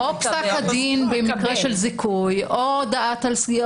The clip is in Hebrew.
--- או פסק הדין במקרה של זיכוי או הודעת סגירה של תיק